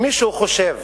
אם מישהו חושב